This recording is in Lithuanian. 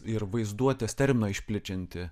ir vaizduotės terminą išplečianti